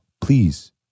please